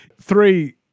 Three